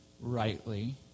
rightly